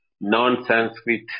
Non-Sanskrit